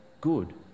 good